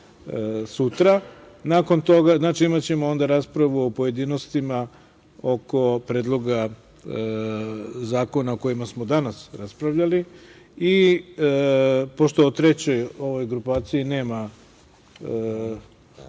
sutra. Nakon toga, imaćemo onda raspravu u pojedinostima oko predloga zakona o kojima smo danas raspravljali. Pošto u ovoj trećoj grupaciji nema